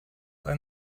ein